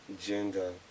gender